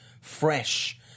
fresh